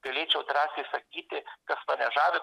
galėčiau drąsiai sakyti kas mane žavi